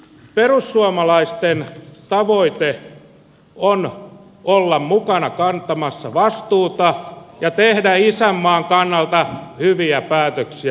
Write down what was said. perussuomalaisten tavoite on olla mukana kantamassa vastuuta ja tehdä isänmaan kannalta hyviä päätöksiä